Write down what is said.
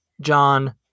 John